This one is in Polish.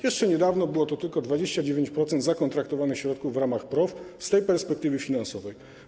Jeszcze niedawno było to tylko 29% zakontraktowanych środków w ramach PROW z tej perspektywy finansowej.